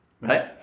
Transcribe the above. Right